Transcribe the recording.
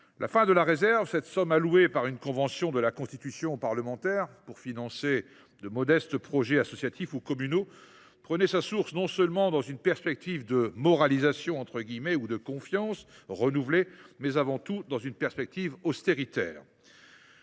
La fin de la réserve, somme allouée par une convention de la Constitution aux parlementaires pour financer de modestes projets associatifs ou communaux, a pris sa source non seulement dans une perspective de « moralisation » ou de « confiance » renouvelée, mais avant tout dans une perspective austéritaire.